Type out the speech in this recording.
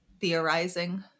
theorizing